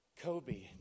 Kobe